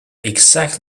exact